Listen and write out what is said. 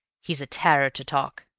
he's a terror to talk,